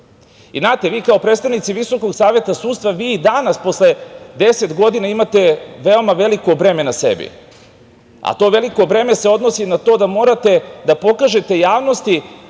Znate, vi kao predstavnici Visokog saveta sudstva i danas, posle deset godina, imate veoma veliko breme na sebi, a to veliko breme se odnosi na to da morate da pokažete javnosti